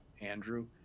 Andrew